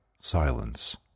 silence